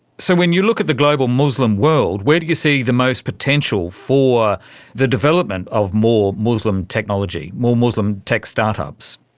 so when you look at the global muslim world, where do you see the most potential for the development of more muslim technology, more muslim tech start-ups?